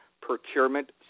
procurement